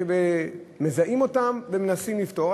מזהים אותן ומנסים לפתור.